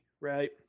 right